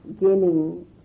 gaining